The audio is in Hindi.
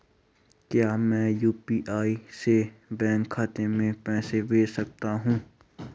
क्या मैं यु.पी.आई से बैंक खाते में पैसे भेज सकता हूँ?